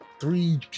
three